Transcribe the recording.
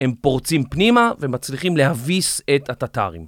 הם פורצים פנימה ומצליחים להביס את הטטרים.